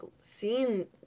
seeing